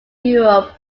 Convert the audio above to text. europe